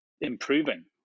improving